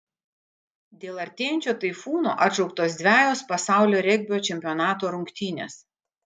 dėl artėjančio taifūno atšauktos dvejos pasaulio regbio čempionato rungtynės